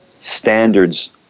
standards